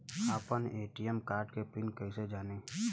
आपन ATM card के pin कईसे जानी?